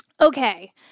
Okay